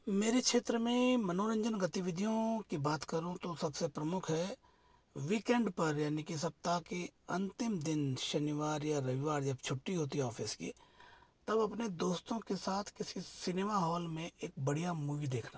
मेरे क्षेत्र मनोरंजन गतिविधियों की बात करूँ तो सबसे प्रमुख है वीकेंड पर यानी सप्ताह के अंतिम दिन शनिवार या रविवार जब छुट्टी होती है ऑफिस की तब अपने दोस्तों के साथ किसी सिनेमा हॉल में एक बढ़िया मूवी देखना